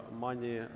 money